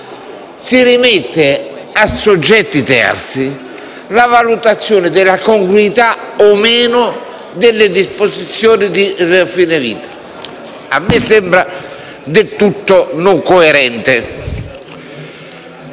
Si rimette a soggetti terzi la valutazione della possibile congruità delle disposizioni di fine vita. A me sembra del tutto non coerente.